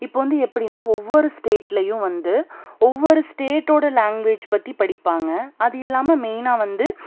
இப்போது வந்து எப்படின்னா ஒவ்வொரு ஸ்டேட்லேயும் வந்து ஒவ்வொரு ஸ்டேட்டோடய லாங்குவேஜ் பற்றி படிப்பாங்க அது இல்லாமல் மெயினா வந்து